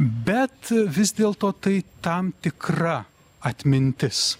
bet vis dėlto tai tam tikra atmintis